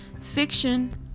Fiction